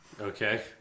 Okay